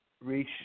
reach